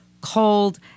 cold